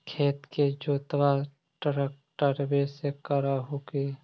खेत के जोतबा ट्रकटर्बे से कर हू की?